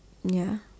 ya